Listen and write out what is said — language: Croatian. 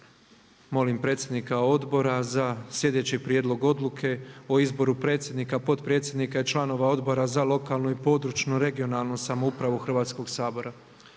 Molim predsjednika Odbora za sljedeći prijedlog odluke o izboru predsjednika, potpredsjednika i članova Odbora za lokalnu i područnu (regionalnu) samoupravu Hrvatskoga sabora.